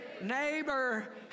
neighbor